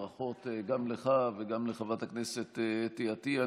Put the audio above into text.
ברכות גם לך וגם לחברת הכנסת אתי עטייה.